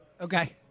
Okay